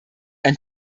ein